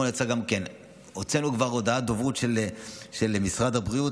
כבר הוצאנו הודעת דוברות של משרד הבריאות,